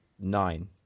Nine